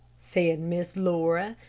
said miss laura,